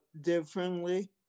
differently